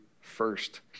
first